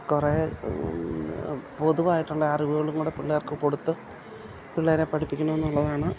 കുറേ പൊതുവായിട്ടുള്ള അറിവുകളും കൂടി പിള്ളേർക്ക് കൊടുത്ത് പിള്ളേരെ പഠിപ്പിക്കണോ എന്നുള്ളതാണ്